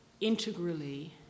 integrally